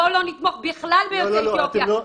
בואו לא נתמוך בכלל ביוצאי אתיופיה.